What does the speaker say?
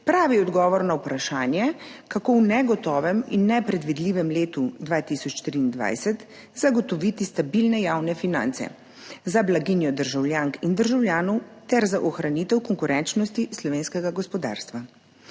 pravi odgovor na vprašanje, kako v negotovem in nepredvidljivem 2023 zagotoviti stabilne javne finance za blaginjo državljank in državljanov ter za ohranitev konkurenčnosti slovenskega gospodarstva.